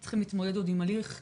הם צריכים להתמודד עוד עם הליך קשה,